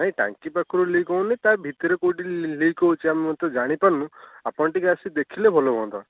ନାଇଁ ଟାଙ୍କି ପାଖରୁ ଲିକ୍ ହେଉନି ତା ଭିତରେ କେଉଁଠି ଲିକ୍ ହେଉଛି ଆମେ ତ ଜାଣିପାରୁନୁ ଆପଣ ଟିକେ ଆସିକି ଦେଖିଲେ ଭଲହୁଅନ୍ତା